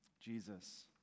Jesus